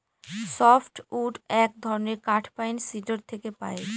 soft wood এক ধরনের কাঠ পাইন, সিডর থেকে পাই